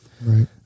Right